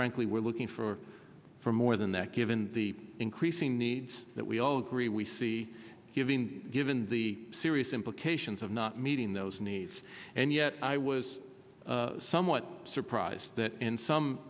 frankly we're looking for for more than that given the increasing needs that we all agree we see given given the serious implications of not meeting those needs and yet i was somewhat surprised that in some